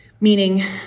meaning